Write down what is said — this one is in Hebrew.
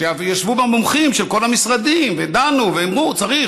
שישבו בה מומחים של כל המשרדים ודנו, ואמרו: צריך.